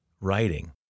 writing